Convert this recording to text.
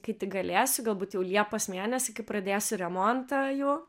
kai tik galėsiu galbūt jau liepos mėnesį kai pradėsiu remontą jų